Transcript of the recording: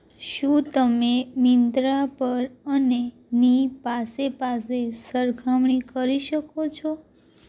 શું તમે મિન્ત્રા પર અને ની પાસે પાસે સરખામણી કરી શકો છો